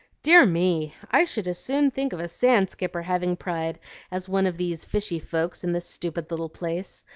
dear me! i should as soon think of a sand skipper having pride as one of these fishy folks in this stupid little place,